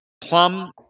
plum